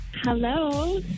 Hello